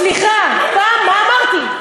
סליחה, מה אמרתי?